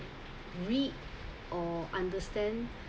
read or understand